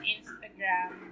Instagram